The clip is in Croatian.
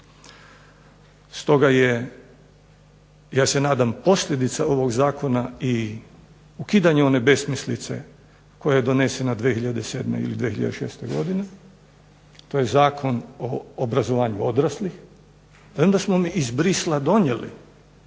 Stoga je ja se nadam posljedica ovog zakona i ukidanje one besmislice koja je donesena one 2006. godine to je Zakon o obrazovanju odraslih premda smo mi iz Bruxellesa donijeli